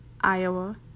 Iowa